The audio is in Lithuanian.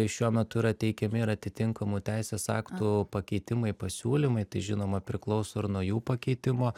šiuo metu yra teikiami ir atitinkamų teisės aktų pakeitimai pasiūlymai tai žinoma priklauso ir nuo jų pakeitimo